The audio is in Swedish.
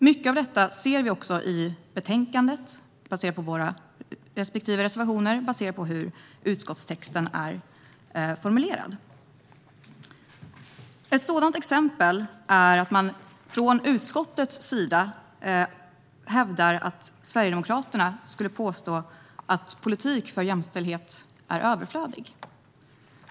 Mycket av detta ser vi också i betänkandet, baserat på våra respektive reservationer och på hur utskottstexten är formulerad. Ett sådant exempel är att utskottet hävdar att Sverigedemokraterna påstår att politik för jämställdhet är överflödig.